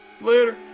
Later